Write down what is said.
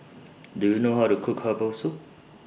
Do YOU know How to Cook Herbal Soup